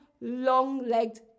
long-legged